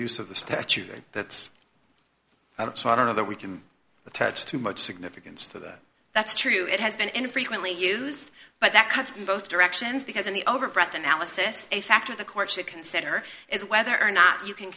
use of the statute that so i don't know that we can attach too much significance to that's true it has been infrequently used but that cuts in both directions because in the over breath analysis a factor the court should consider is whether or not you can